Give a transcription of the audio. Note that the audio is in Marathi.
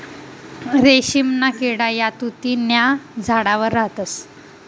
रेशीमना किडा या तुति न्या झाडवर राहतस